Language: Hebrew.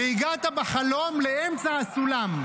והגעת בחלום לאמצע הסולם,